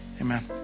amen